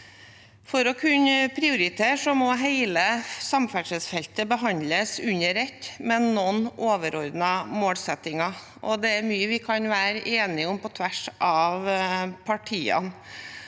For å kunne prioritere må hele samferdselsfeltet behandles under ett med noen overordnede målsettinger. Det er mye vi kan være enige om på tvers av partiene: